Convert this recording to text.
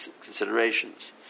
considerations